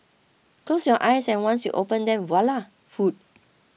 close your eyes and once you open them voila food